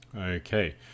Okay